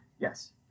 Yes